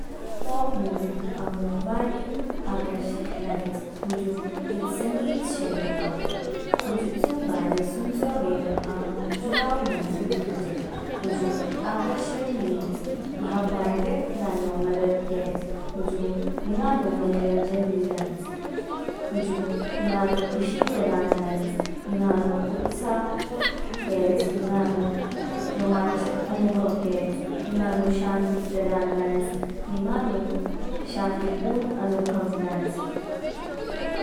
Pope music आंगू वाली आकर्षक लाग्याच। हुजू ईद संगीत शैली तो। हुजू चू बारे सुनचाओ बैरंग, आंगू जुड़ाव हाचिद। हुजू आकर्षण नीच, भावनाएं व्यक्त लान नू मदद केच, हुजू निंगानु मनोरंजन ली लांच। हुजू निंगानु खुशी प्रदान लांच, निंगानु उत्साह केच, निंगानु रोमांचक अनुभव केच, निंगानु शांति प्रदान लांच, निंगानु शांतिपूर्ण अनुभव लांच।